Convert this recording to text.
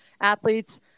athletes